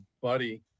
buddy